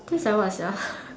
taste like what sia